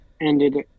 ended